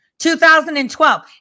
2012